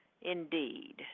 Indeed